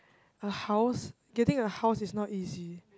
a house getting a house is not easy